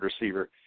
receiver